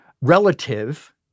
relative